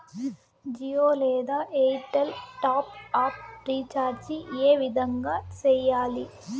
జియో లేదా Airtel top up recharge ఏ విధంగా సేయాలి